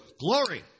Glory